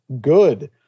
good